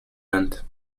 end